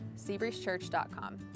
seabreezechurch.com